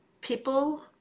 people